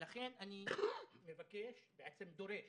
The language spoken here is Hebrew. לכן אני מבקש, ובעצם דורש,